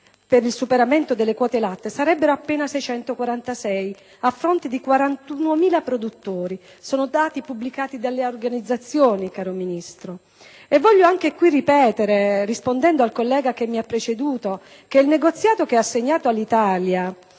per il superamento delle quote latte sarebbero appena 646, a fronte di 41.000 produttori: sono dati pubblicati dalle organizzazioni, caro signor Ministro. E anche qui, rispondendo al collega che mi ha preceduto, voglio ripetere che il negoziato che ha assegnato all'Italia